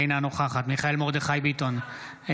אינה נוכחת מיכאל מרדכי ביטון,